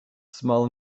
small